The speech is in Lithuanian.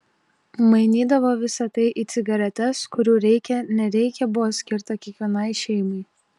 mainydavo visa tai į cigaretes kurių reikia nereikia buvo skirta kiekvienai šeimai